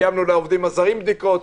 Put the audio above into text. קיימנו לעובדים הזרים בדיקות,